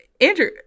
Andrew